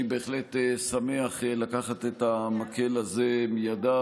אני בהחלט שמח לקחת את המקל הזה מידיו